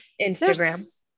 Instagram